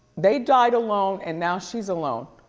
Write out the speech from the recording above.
they died alone and now she's alone.